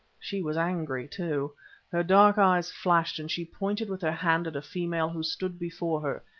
she was angry, too her dark eyes flashed, and she pointed with her hand at a female who stood before her,